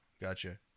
gotcha